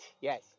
yes